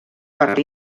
per